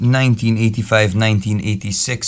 1985-1986